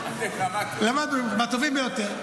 למדנו מהטובים ביותר.